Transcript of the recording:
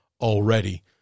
already